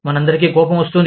మనందరికీ కోపం వస్తుంది